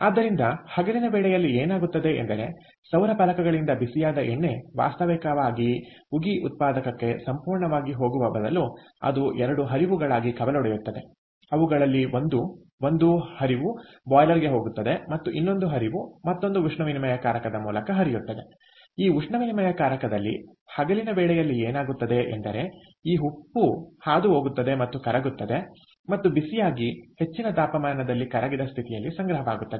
ಆದ್ದರಿಂದಹಗಲಿನ ವೇಳೆಯಲ್ಲಿ ಏನಾಗುತ್ತದೆ ಎಂದರೆ ಸೌರ ಫಲಕಗಳಿಂದ ಬಿಸಿಯಾದ ಎಣ್ಣೆ ವಾಸ್ತವಿಕವಾಗಿ ಉಗಿ ಉತ್ಪಾದಕಕ್ಕೆ ಸಂಪೂರ್ಣವಾಗಿ ಹೋಗುವ ಬದಲು ಅದು 2 ಹರಿವುಗಳಾಗಿ ಕವಲೊಡೆಯುತ್ತದೆ ಅವುಗಳಲ್ಲಿ ಒಂದು ಒಂದು ಹರಿವು ಬಾಯ್ಲರ್ಗೆ ಹೋಗುತ್ತದೆ ಮತ್ತು ಇನ್ನೊಂದು ಹರಿವು ಮತ್ತೊಂದು ಉಷ್ಣವಿನಿಮಯಕಾರಕದ ಮೂಲಕ ಹರಿಯುತ್ತದೆ ಈ ಉಷ್ಣವಿನಿಮಯಕಾರಕದಲ್ಲಿ ಹಗಲಿನ ವೇಳೆಯಲ್ಲಿ ಏನಾಗುತ್ತದೆ ಎಂದರೆ ಈ ಉಪ್ಪು ಹಾದುಹೋಗುತ್ತದೆ ಮತ್ತು ಕರಗುತ್ತದೆ ಮತ್ತು ಬಿಸಿಯಾಗಿ ಹೆಚ್ಚಿನ ತಾಪಮಾನದಲ್ಲಿ ಕರಗಿದ ಸ್ಥಿತಿಯಲ್ಲಿ ಸಂಗ್ರಹವಾಗುತ್ತದೆ